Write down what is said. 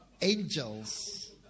angels